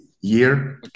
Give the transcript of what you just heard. year